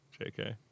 JK